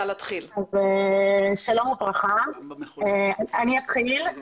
שלום וברכה, אני אתחיל.